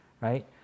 right